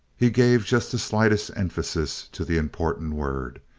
he gave just the slightest emphasis to the important word,